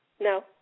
No